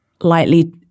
lightly